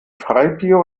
freibier